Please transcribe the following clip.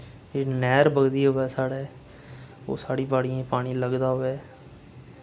एह् नैह्र बगदी होऐ साढ़े ओह् साढ़ी बाड़ियें पानी लगदा होऐ